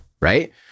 Right